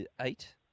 eight